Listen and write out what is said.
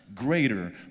greater